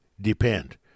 depend